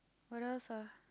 what else